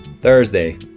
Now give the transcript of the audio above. Thursday